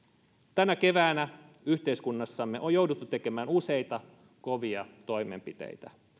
tänä keväänä yhteiskunnassamme on jouduttu tekemään useita kovia toimenpiteitä